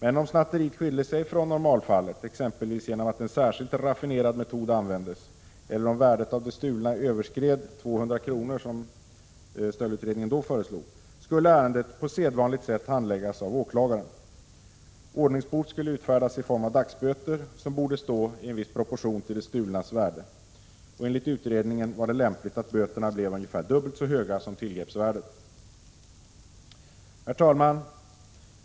Men om snatteriet skilde sig från normalfallet, exempelvis genom att en särskilt raffinerad metod användes eller om värdet av det stulna överskred 200 kr., som stöldutredningen då föreslog, skulle ärendet på sedvanligt sätt handläggas av åklagaren. Ordningsbot skulle utfärdas i form av dagsböter, som borde stå i en viss proportion till det stulnas värde. Enligt utredningen var det lämpligt att böterna blev ungefär dubbelt så höga som tillgreppsvärdet. Herr talman!